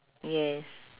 yes